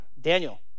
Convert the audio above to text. Daniel